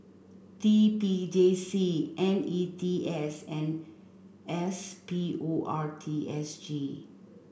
T P J C N E T S and S P O R T S G